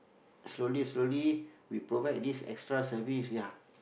slowly slowly we provide this extra service ya